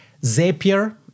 Zapier